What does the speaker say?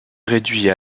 réduit